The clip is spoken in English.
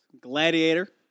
Gladiator